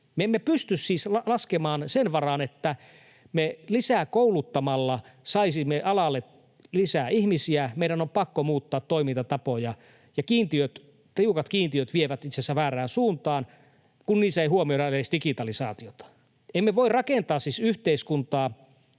emme pysty siis laskemaan sen varaan, että me lisää kouluttamalla saisimme alalle lisää ihmisiä. Meidän on pakko muuttaa toimintatapoja, ja kiintiöt, tiukat kiintiöt, vievät itse asiassa väärään suuntaan, kun niissä ei huomioida edes digitalisaatiota. Emme siis voi rakentaa yhteiskuntaa,